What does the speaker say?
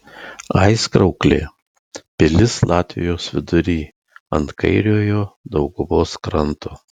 aizkrauklė pilis latvijos vidury ant kairiojo dauguvos kranto